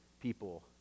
people